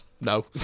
No